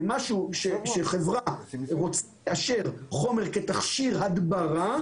וכשחברה רוצה לאשר חומר כתכשיר הדברה,